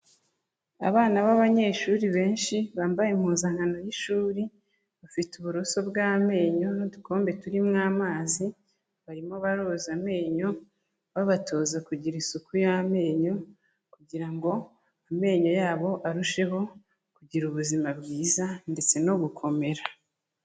Abana b'abanyeshuri benshi, bambaye impuzankano y'ishuri, bafite uburoso bw'amenyo n'udukombe turimo amazi, barimo baroza amenyo, babatoza kugira isuku y'amenyo, kugira ngo amenyo yabo arusheho kugira ubuzima bwiza, ndetse no gukomera.